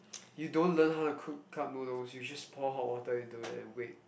you don't learn how to cook cup noodles you just pour hot water into it and wait